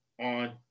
on